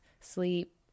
sleep